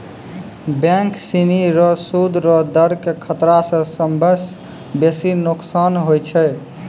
bank सिनी रो सूद रो दर के खतरा स सबसं बेसी नोकसान होय छै